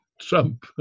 Trump